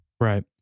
Right